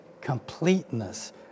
completeness